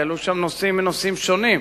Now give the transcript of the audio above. כי עלו שם נושאים מנושאים שונים,